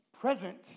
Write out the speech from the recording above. present